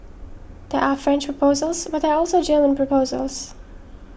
there are French proposals but there are also German proposals